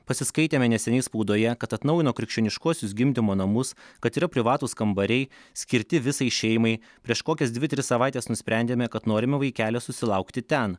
pasiskaitėme neseniai spaudoje kad atnaujino krikščioniškuosius gimdymo namus kad yra privatūs kambariai skirti visai šeimai prieš kokias dvi tris savaites nusprendėme kad norime vaikelio susilaukti ten